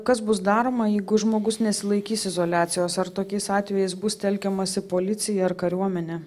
kas bus daroma jeigu žmogus nesilaikys izoliacijos ar tokiais atvejais bus telkiamasi policija ar kariuomenė